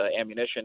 ammunition